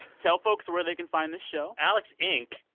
tell folks where they can find this show alex, inc.